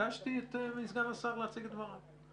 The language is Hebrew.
ביקשתי מסגן השר להציג את דבריו.